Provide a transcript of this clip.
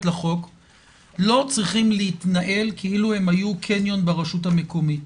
לחוק לא צריכים להתנהל כאילו היו קניון ברשות המקומית.